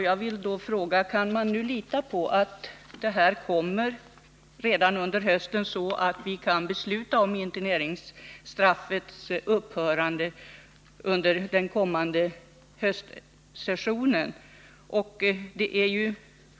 Jag vill därför fråga: Kan man nu lita på att det här förslaget kommer redan under hösten så att vi kan besluta om interneringsstraffets upphörande under den kommande höstsessionen?